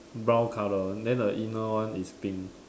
brown color then the inner one is pink